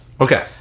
okay